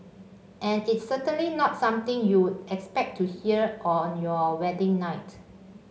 and it's certainly not something you'd expect to hear on your wedding night